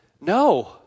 no